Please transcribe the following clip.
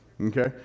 Okay